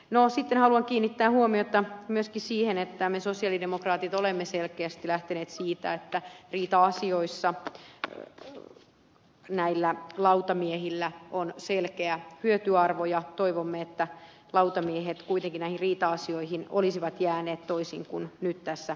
no sitten haluan kiinnittää huomiota myöskin siihen että me sosialidemokraatit olemme selkeästi lähteneet siitä että riita asioissa näillä lautamiehillä on selkeä hyötyarvo ja toivomme että lautamiehet kuitenkin näihin riita asioihin olisivat jääneet toisin kuin nyt tässä esitetään